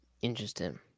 interesting